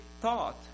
thought